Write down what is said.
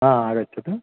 आगच्छतु